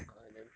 ah and then